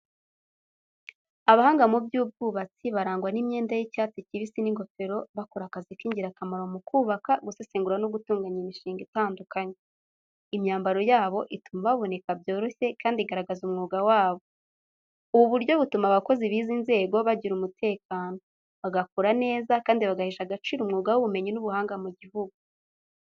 Abahanga mu by'ubwubatsi barangwa n’imyenda y’icyatsi kibisi n’ingofero bakora akazi k’ingirakamaro mu kubaka, gusesengura no gutunganya imishinga itandukanye. Imyambaro yabo ituma baboneka byoroshye kandi igaragaza umwuga wabo. Ubu buryo butuma abakozi b'izi nzego bagira umutekano, bagakora neza kandi bagahesha agaciro umwuga w'ubumenyi n'ubuhanga mu gihugu.